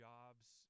Jobs